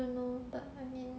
I don't know but I mean